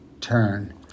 turn